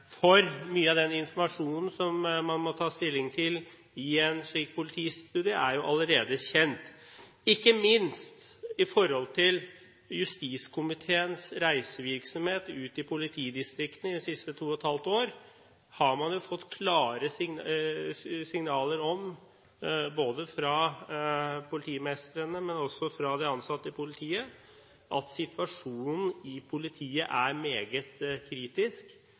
er allerede kjent. Ikke minst i forbindelse med justiskomiteens reisevirksomhet ute i politidistriktene i de siste to og et halvt årene har man fått klare signaler både fra politimesterne og fra de ansatte i politiet om at situasjonen i politiet er meget kritisk,